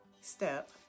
Step